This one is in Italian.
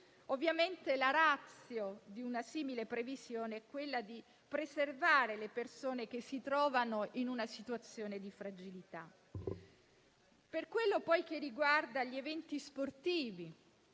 Ovviamente la *ratio* di una simile previsione è quella di preservare le persone che si trovano in una situazione di fragilità. Per ciò che riguarda gli eventi sportivi